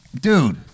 Dude